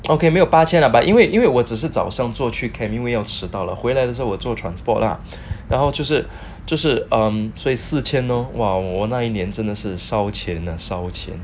okay 没有八千 lah but 因为因为我只是早上做去 camp 因为要迟到了回来的时候我做 transport lah 然后就是这是 um 所以四千 lor !wow! 我那一年真的是烧钱烧钱